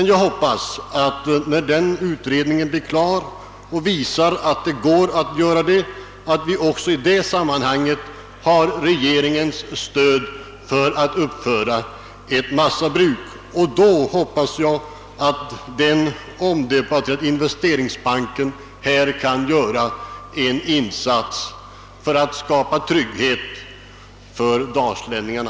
Jag hoppas emellertid att vi, om utredningen visar att möjligheter föreligger, får regering ens stöd även för uppförandet av ett sådant bruk. I så fall hoppas jag att den omdebatterade investeringsbanken kan göra en insats för att skapa trygghet för dalslänningarna.